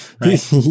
Right